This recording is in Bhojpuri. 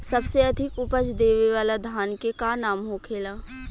सबसे अधिक उपज देवे वाला धान के का नाम होखे ला?